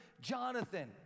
Jonathan